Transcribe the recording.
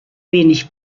wenig